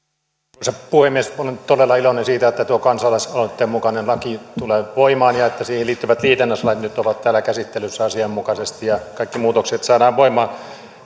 arvoisa puhemies olen todella iloinen siitä että tuo kansalaisaloitteen mukainen laki tulee voimaan ja että siihen liittyvät liitännäislait nyt ovat täällä käsittelyssä asianmukaisesti ja kaikki muutokset saadaan voimaan